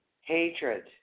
hatred